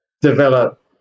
develop